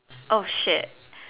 oh shit